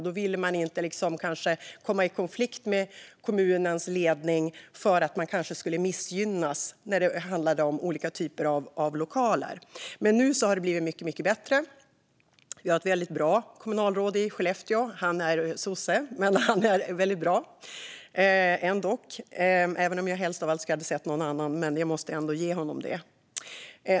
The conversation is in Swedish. Man ville inte komma i konflikt med kommunens ledning, för då skulle man kanske missgynnas när det handlade om olika typer av lokaler. Det har blivit mycket bättre. Vi har ett väldigt bra kommunalråd i Skellefteå. Han är sosse, men han är ändock väldigt bra. Även om jag helst hade sett någon annan måste jag ändå ge honom det.